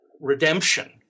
redemption